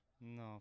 no